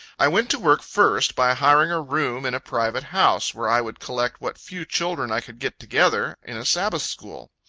i went to work, first, by hiring a room in a private house, where i would collect what few children i could get together, in a sabbath school.